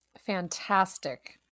Fantastic